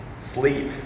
sleep